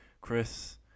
chris